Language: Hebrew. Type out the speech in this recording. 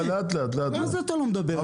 מה זה אתה לא מדבר אלי?